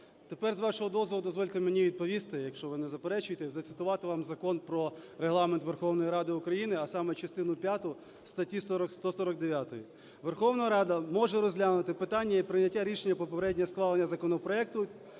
Тепер, з вашого дозволу, дозвольте мені відповісти, якщо ви мені не заперечуєте, і зацитувати вам Закон "Про Регламент Верховної Ради України", а саме частину п'яту статті 149: "Верховна Рада може розглянути питання і прийняти рішення про попереднє схвалення законопроекту